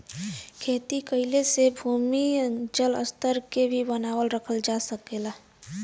खेती कइले से भूमिगत जल स्तर के भी बनावल रखल जा सकल जाला